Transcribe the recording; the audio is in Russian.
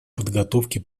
подготовке